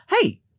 hey